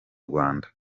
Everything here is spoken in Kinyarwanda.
rwanda